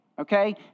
okay